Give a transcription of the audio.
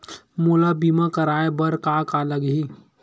मोला बीमा कराये बर का का लगही?